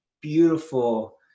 beautiful